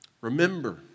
Remember